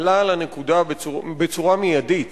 עלה על הנקודה בצורה מיידית,